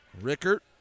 Rickert